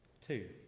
Two